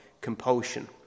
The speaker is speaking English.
compulsion